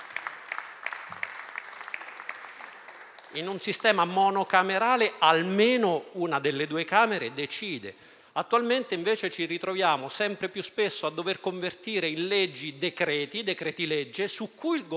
In un sistema monocamerale, infatti, almeno una delle due Camere decide. Attualmente, invece, ci ritroviamo sempre più spesso a dover convertire in legge decreti-legge su cui il Governo